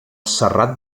serrat